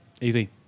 Easy